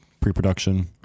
pre-production